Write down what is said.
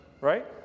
Right